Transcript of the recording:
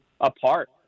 apart